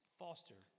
foster